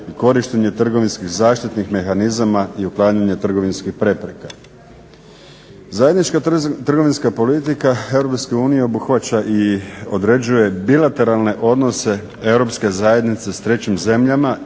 i korištenje trgovinskih zaštitnih mehanizama i uklanjanja trgovinskih prepreka. Zajednička trgovinska politika EU obuhvaća i određuje bilateralne odnose Europske zajednice sa trećim zemljama